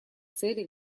цели